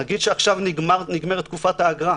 נגיד שעכשיו נגמרת תקופת החירום,